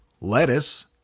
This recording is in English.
lettuce